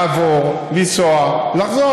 לעבור, לנסוע, לחזור.